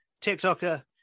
TikToker